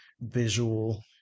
visual